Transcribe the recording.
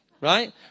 Right